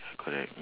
ya correct